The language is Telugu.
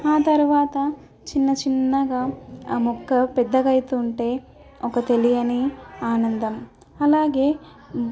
ఆ తరువాత చిన్న చిన్నగా ఆ మొక్క పెద్దగా అవుతూ ఉంటే ఒక తెలియని ఆనందం అలాగే